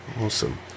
Awesome